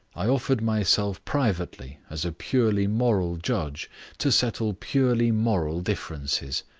i offered myself privately as a purely moral judge to settle purely moral differences.